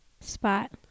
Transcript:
Spot